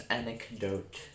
anecdote